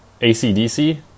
ACDC